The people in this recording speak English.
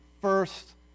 first